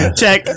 check